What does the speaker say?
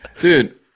dude